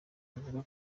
avuga